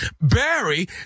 Barry